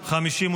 נתקבלו.